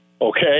okay